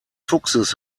fuchses